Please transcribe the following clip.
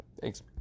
Thanks